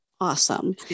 Awesome